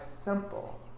simple